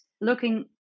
looking